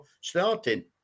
starting